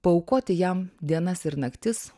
paaukoti jam dienas ir naktis